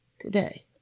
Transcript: Today